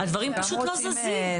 הדברים פשוט לא זזים.